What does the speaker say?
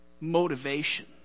motivation